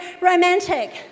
romantic